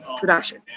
production